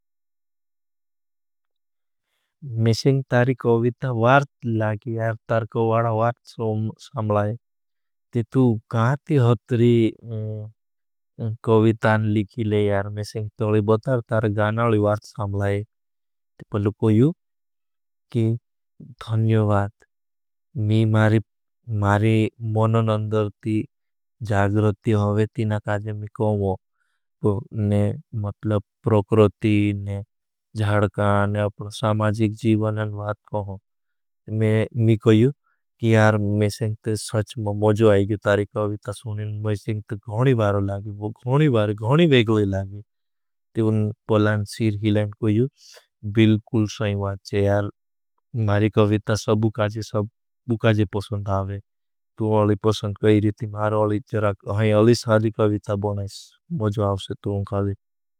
मेशिंख तारी कविता वार्थ लागी यार तार को वाड़ा वार्थ सौम समलाई। ते तु कार ते होतरी कवितान लिखीले यार मेशिंख तोली बतार तार गानाली वार्थ समलाई। ते पहलो कोयू की धन्यवाद। मारी मनन अंदर ती जागरती होगे तीना काजे मी कोँगो। मतलब प्रकृती, जडका, सामाजिक जीवनन वाद कोँगो। मी कोयू की यार मेशिंख ते सच मज़ू आईगी। तारी कविता सूने मेशिंख ते गहनी बारो लागी। मारी कविता सब काजे पसंद आओगे। तुम्हारी पसंद काईरी, तुम्हारी अलिए साधी कविता बनाईश। मज़ू आओगे तुम्हारी कविता सूने मेशिंख ते गहनी बारो लागी।